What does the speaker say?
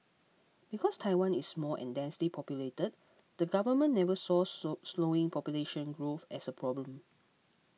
because Taiwan is small and densely populated the government never saw slowing population growth as a problem